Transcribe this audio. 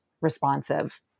responsive